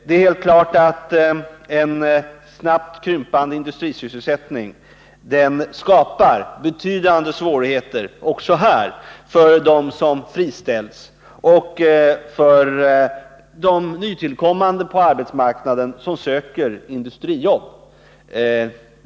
En snabbt krympande industrisysselsättning skapar också här betydande svårigheter för dem som friställs och för de nytillkommande på arbetsmarknaden som söker industrijobb.